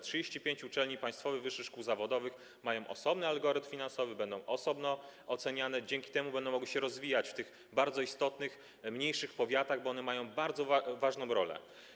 35 uczelni państwowych, wyższych szkół zawodowych ma osobny algorytm finansowy, będą one osobno oceniane, dzięki temu będą mogły się rozwijać w tych bardzo istotnych, mniejszych powiatach, bo one mają bardzo ważną rolę.